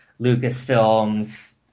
Lucasfilm's